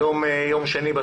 היום יום שני,